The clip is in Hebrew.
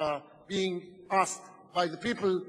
who are being asked by the people,